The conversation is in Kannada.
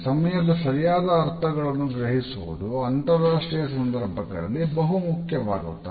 ಸಮಯದ ಸರಿಯಾದ ಅರ್ಥಗಳನ್ನು ಗ್ರಹಿಸುವುದು ಅಂತರಾಷ್ಟ್ರೀಯ ಸಂದರ್ಭಗಳಲ್ಲಿ ಬಹುಮುಖ್ಯವಾಗುತ್ತದೆ